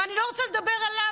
אבל אני לא רוצה לדבר עליו,